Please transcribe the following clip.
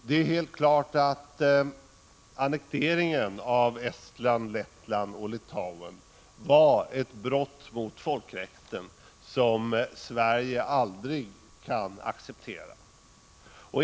Det är helt klart att annekteringen av Estland, Lettland och Litauen var ett brott mot folkrätten som Sverige aldrig kan acceptera.